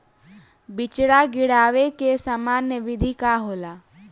बिचड़ा गिरावे के सामान्य विधि का होला?